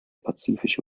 pazifische